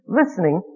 listening